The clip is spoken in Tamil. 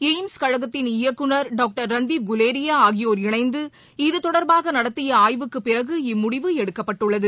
எய்ம்ஸ் கழகத்தின் இயக்குநர் டாக்டர் ரன்தீப் குலேரியாஆகியோர் இணைந்து இது தொடர்பாகநடத்தியஆய்வுக்குபிறகு இம்முடிவு எடுக்கப்பட்டுள்ளது